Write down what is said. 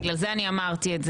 לכן אני צריך להיות ערוך.